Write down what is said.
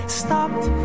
stopped